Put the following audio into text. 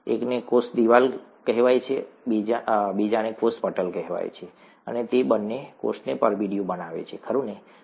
એકને કોષ દિવાલ કહેવાય છે બીજીને કોષ પટલ કહેવાય છે અને તે બંને કોષને પરબિડીયું બનાવે છે ખરું ને